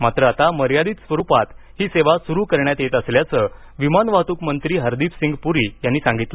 मात्र आता मर्यादित स्वरूपात ही सेवा सुरू करण्यात येत असल्याचं विमानवाहतूक मंत्री हरदीपसिंग पुरी यांनी सांगितलं